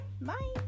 bye